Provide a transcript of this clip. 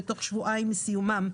בתוך שבועיים מסיומם,